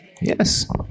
Yes